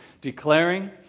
Declaring